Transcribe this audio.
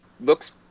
looks